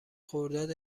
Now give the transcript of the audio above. خرداد